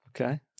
Okay